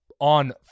on